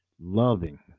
loving